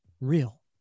real